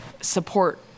support